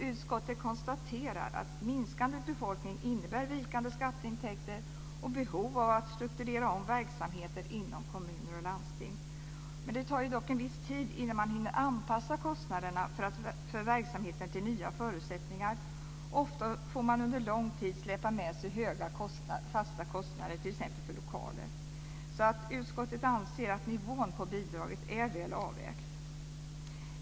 Utskottet konstaterar att en minskande befolkning innebär vikande skatteintäkter och behov av att strukturera om verksamheter inom kommuner och landsting. Det tar dock en viss tid att hinna med att anpassa kostnaderna för verksamheten till nya förutsättningar. Ofta får man under en lång tid släpa på höga fasta kostnader, t.ex. för lokaler. Utskottet anser således att nivån på bidraget är väl avvägt.